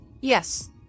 yes